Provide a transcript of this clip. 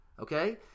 Okay